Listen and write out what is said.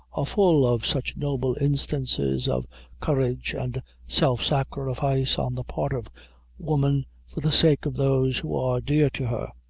are full of such noble instances of courage and self sacrifice on the part of woman for the sake of those who are dear to her.